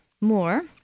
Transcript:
more